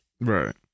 Right